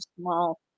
small